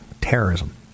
Terrorism